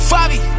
Fabi